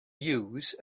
use